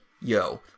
yo